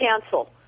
cancel